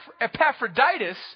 Epaphroditus